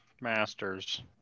master's